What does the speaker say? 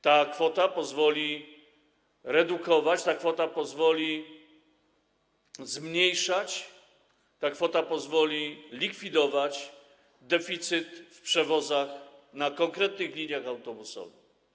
Ta kwota pozwoli redukować, ta kwota pozwoli zmniejszać, ta kwota pozwoli likwidować deficyt w przewozach na konkretnych liniach autobusowych.